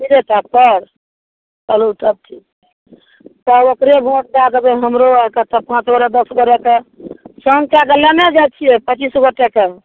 तीरे छाप पर चलु तब ठीक छै तब ओकरे भोंट दए देबै हमरो आओर कऽ पाँच गोरे दश गोरे कऽ सङ्ग कए कऽ लेने जाइत छियै पचीस गोटेके